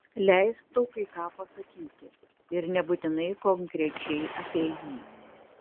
leisk tau kai ką pasakyti ir nebūtinai konkrečiai apie jį